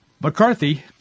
McCarthy